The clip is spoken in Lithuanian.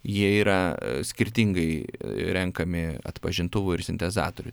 jie yra skirtingai renkami atpažintuvų ir sintezatorių